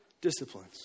disciplines